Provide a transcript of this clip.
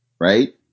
right